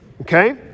Okay